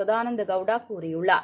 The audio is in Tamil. சதானந்தகௌடாகூறியுள்ளார்